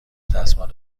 دستمال